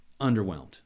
underwhelmed